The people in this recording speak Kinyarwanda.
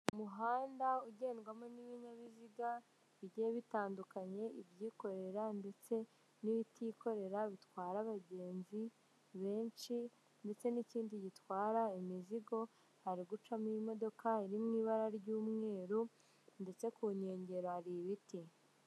Umuhanda ugendwamo n'ibinyabiziga bigiye bitandukanye; ibyikorera ndetse n'ibitikorera, bitwara abagenzi benshi ndetse n'ikindi gitwara imizigo, hari gucamo imodoka iri mu ibara ry'umweru ndetse ku nkengero hari ibiti.